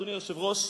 אדוני היושב-ראש,